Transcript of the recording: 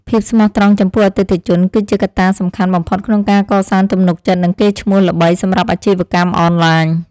ភាពស្មោះត្រង់ចំពោះអតិថិជន គឺជាកត្តាសំខាន់បំផុតក្នុងការកសាងទំនុកចិត្តនិងកេរ្តិ៍ឈ្មោះល្បីសម្រាប់អាជីវកម្មអនឡាញ។